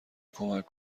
کمک